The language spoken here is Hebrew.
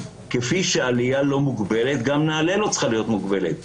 כפי שהעלייה לא מוגבלת גם נעל"ה לא צריכה להיות מוגבלת,